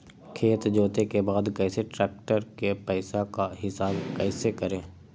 खेत जोते के बाद कैसे ट्रैक्टर के पैसा का हिसाब कैसे करें?